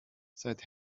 seit